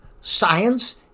science